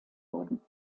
wurden